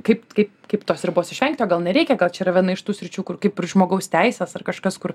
kaip kaip kaip tos ribos išvengti gal nereikia kad čia yra viena iš tų sričių kur kaip ir žmogaus teisės ar kažkas kur